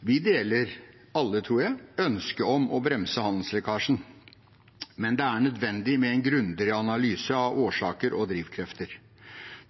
Vi deler alle, tror jeg, ønsket om å bremse handelslekkasjen. Men det er nødvendig med en grundigere analyse av årsaker og drivkrefter.